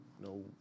no